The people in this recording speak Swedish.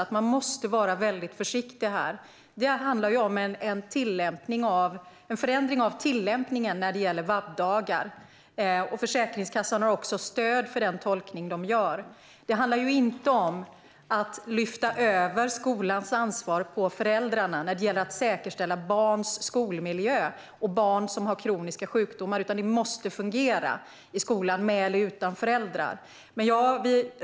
Vi måste dock vara försiktiga eftersom det handlar om en förändring av tillämpningen av vab-dagar, och Försäkringskassan har stöd för den tolkning man gör. Det handlar inte om att lyfta över skolans ansvar för att säkerställa skolmiljön för barn med kroniska sjukdomar på föräldrarna, för det måste fungera i skolan med eller utan föräldrar.